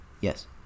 Yes